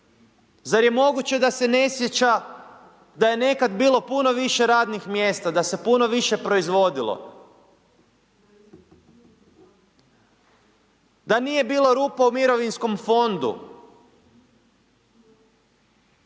Zar je moguće da se ne sjeća da je nekad bilo puno više radnih mjesta, da se puno više proizvodilo, da nije bilo rupa u mirovinskom fondu,